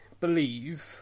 believe